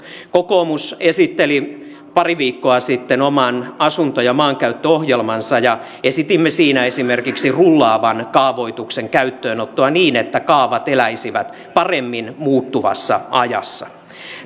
kokoomus esitteli pari viikkoa sitten oman asunto ja maankäyttöohjelmansa ja esitimme siinä esimerkiksi rullaavan kaavoituksen käyttöönottoa niin että kaavat eläisivät paremmin muuttuvassa ajassa